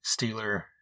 Steeler